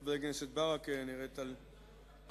חבר הכנסת ברכה, על פניה